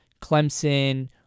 Clemson